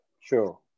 Sure